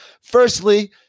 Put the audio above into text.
Firstly